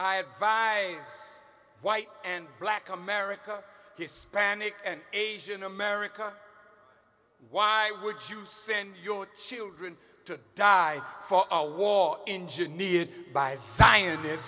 advise white and black america hispanic and asian america why would you send your children to die for a wall engineered by scientists